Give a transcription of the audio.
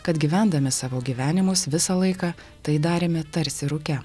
kad gyvendami savo gyvenimus visą laiką tai darėme tarsi rūke